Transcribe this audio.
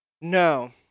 no